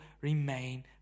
remain